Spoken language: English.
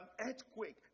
earthquake